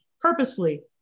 purposefully